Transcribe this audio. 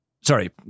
sorry